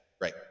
Great